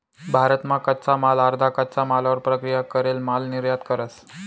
भारत मा कच्चा माल अर्धा कच्चा मालवर प्रक्रिया करेल माल निर्यात करस